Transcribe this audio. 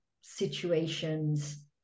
situations